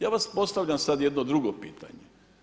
Ja vam postavljam sada jedno drugo pitanje.